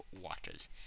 waters